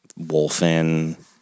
Wolfen